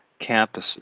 campuses